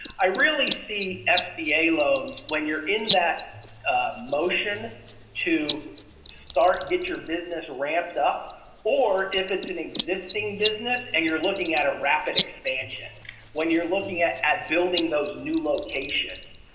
i really see sba loans when you're in that motion to start get your business ramped up or if it's an existing business and you're looking at a rapid expansion when you're looking at at building those new locations.